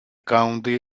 county